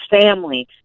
family